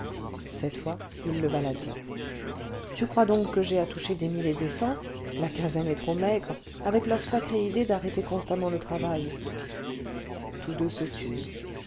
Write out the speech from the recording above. cette fois il leva la tête tu crois donc que j'ai à toucher des mille et des cents la quinzaine est trop maigre avec leur sacrée idée d'arrêter constamment le travail tous deux se turent